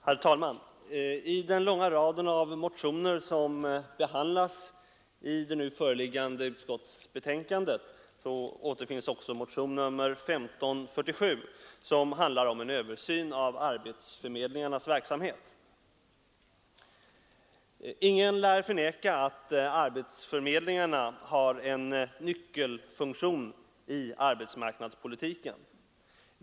Herr talman! I den långa rad av motioner som behandlas i det nu föreliggande utskottsbetänkandet återfinns också motion nr 1547, som handlar om en översyn av arbetsförmedlingarnas verksamhet. Ingen lär förneka att arbetsförmedlingarna har en nyckelfunktion inom arbetsmarknadspolitiken.